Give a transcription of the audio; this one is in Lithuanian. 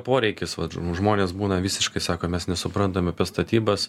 poreikis vat žmonės būna visiškai sako mes nesuprantam apie statybas